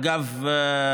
אגב,